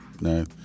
No